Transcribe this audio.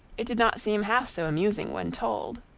it did not seem half so amusing when told.